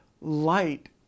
light